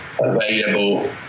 available